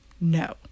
no